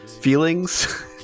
feelings